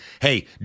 hey